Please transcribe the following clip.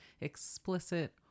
explicit